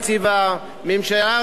ממשלה ראויה,